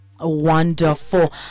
wonderful